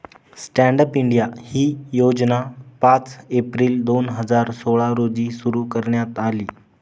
stand up India ही योजना पाच एप्रिल दोन हजार सोळा रोजी सुरु करण्यात आली